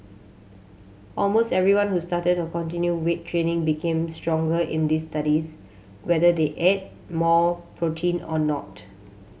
almost everyone who started or continued weight training became stronger in these studies whether they ate more protein or not